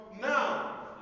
now